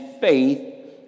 faith